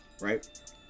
right